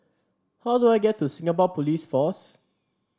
how do I get to Singapore Police Force